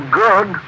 good